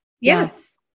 Yes